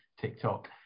TikTok